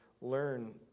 learn